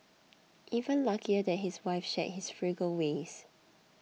even luckier that his wife shared his frugal ways